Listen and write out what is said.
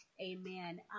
Amen